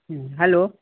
hello